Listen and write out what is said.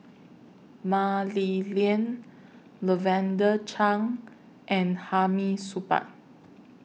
Mah Li Lian Lavender Chang and Hamid Supaat